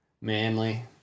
Manly